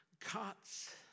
cuts